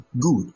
Good